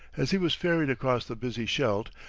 as he was ferried across the busy scheldt,